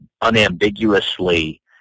unambiguously